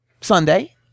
Sunday